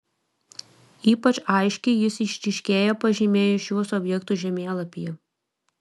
ypač aiškiai jis išryškėja pažymėjus šiuos objektus žemėlapyje